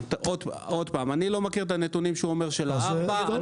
אני לא מכיר את הנתונים שהוא אומר, של ה-4 ₪.